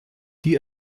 die